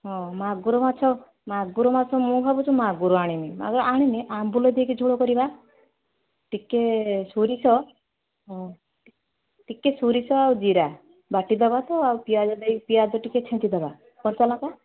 ହଁ ମାଗୁର ମାଛ ମାଗୁର ମାଛ ମୁଁ ଭାବୁଚି ମାଗୁର ଆଣିମି ମାଗୁର ଆଣିନେ ଆମ୍ବୁଲ ଦେଇକି ଝୁଳକରିବା ଟିକିଏ ସୋରିଷ ଅଁ ଟି ଟିକିଏ ସୋରିଷ ଆଉ ଜିରା ବାଟି ଦେବା ତ ଆଉ ପିଆଜ ଦେଇକି ପିଆଜ ଟିକିଏ ଛେଞ୍ଚିଦେବା କଞ୍ଚାଲଙ୍କା